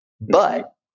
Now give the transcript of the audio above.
But-